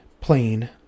plane